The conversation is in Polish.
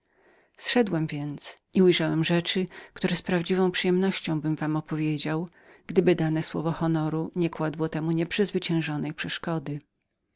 zszedłem więc i ujrzałem rzeczy które z prawdziwem szczęściem bym wam opowiedział gdyby dane słowo honoru nie kładło temu nieprzezwyciężonej przeszkody